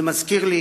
זה מזכיר לי